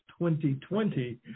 2020